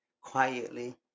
quietly